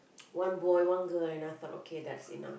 one boy one girl and I thought okay that's enough